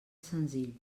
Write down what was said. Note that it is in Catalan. senzill